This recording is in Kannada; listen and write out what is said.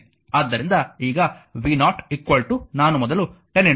ಆದ್ದರಿಂದ ಈಗ v0 ನಾನು ಮೊದಲು 10 i 1 10 ಅನ್ನು ತೋರಿಸಿದೆ